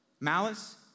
malice